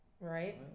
Right